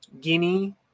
guinea